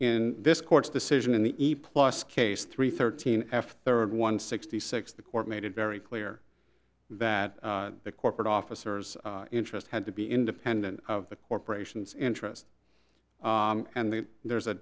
n this court's decision in the plus case three thirteen f third one sixty six the court made it very clear that the corporate officers interest had to be independent of the corporation's interest and that there's a